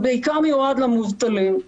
אבל בעיקר מיועד למובטלים.